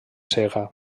cega